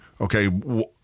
okay